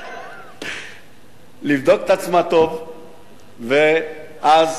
לבדוק את עצמה טוב, ואז